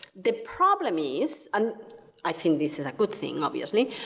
the problem is, and i think this is a good thing obviously,